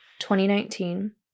2019